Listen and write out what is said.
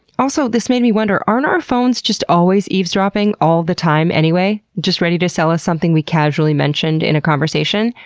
also, this made me wonder, aren't our phones just always eavesdropping all the time anyway? just ready to sell us something we casually mentioned in a conversation?